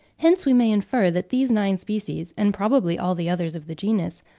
hence we may infer that these nine species, and probably all the others of the genus,